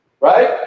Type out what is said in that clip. right